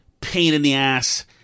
pain-in-the-ass